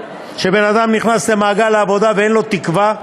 שבן-אדם נכנס למעגל העבודה ואין לו תקווה?